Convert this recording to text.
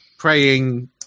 praying